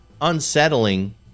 unsettling